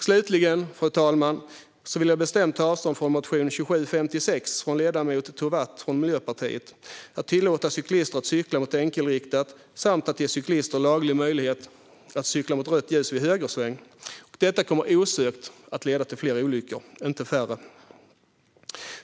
Slutligen, fru talman, vill jag bestämt ta avstånd från motion 2756 av ledamoten Tovatt från Miljöpartiet om att tillåta cyklister att cykla mot enkelriktat samt ge cyklister laglig möjlighet att cykla mot rött ljus vid högersväng. Detta kommer osökt att leda till fler olyckor, inte färre.